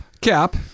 Cap